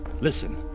Listen